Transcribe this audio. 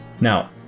Now